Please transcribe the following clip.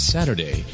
Saturday